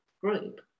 group